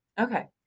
Okay